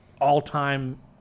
all-time